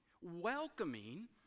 welcoming